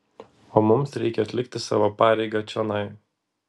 o mums reikia atlikti savo pareigą čionai